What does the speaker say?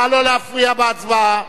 נא לא להפריע בהצבעה.